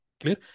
clear